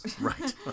Right